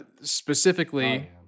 Specifically